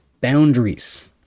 boundaries